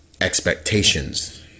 expectations